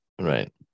Right